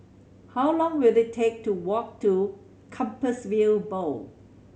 how long will it take to walk to Compassvale Bow